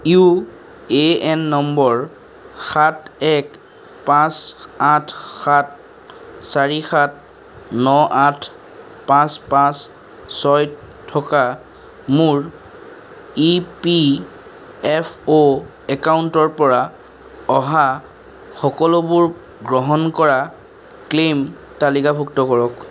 U A N নম্বৰ সাত এক পাঁচ আঠ সাত চাৰি সাত ন আঠ পাঁচ পাঁচ ছয় থকা মোৰ ই পি এফ অ' একাউণ্টৰ পৰা অহা সকলোবোৰ গ্ৰহণ কৰা ক্লেইম তালিকাভুক্ত কৰক